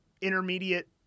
intermediate